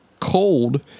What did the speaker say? Cold